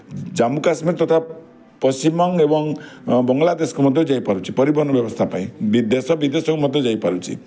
ଜାମ୍ମୁ କାଶ୍ମୀର ତଥା ପଶ୍ଚିମବଙ୍ଗ ଏବଂ ବଙ୍ଗଳାଦେଶକୁ ମଧ୍ୟ ଯାଇପାରୁଛି ପରିବହନ ବ୍ୟବସ୍ଥା ପାଇଁ ବିଦେଶ ବିଦେଶକୁ ମଧ୍ୟ ଯାଇପାରୁଛି